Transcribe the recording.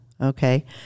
okay